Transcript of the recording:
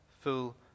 full